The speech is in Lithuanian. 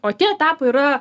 o tie etapai yra